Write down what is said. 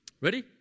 Ready